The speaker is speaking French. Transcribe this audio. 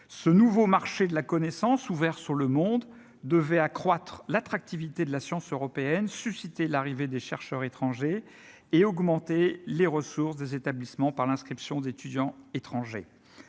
ce nouveau marché de la connaissance, ouvert sur le monde devait accroître l'attractivité de la science européenne susciter l'arrivée des chercheurs étrangers et augmenter les ressources des établissements par l'inscription d'étudiants étrangers